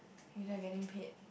you're not getting paid